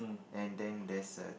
and then there's a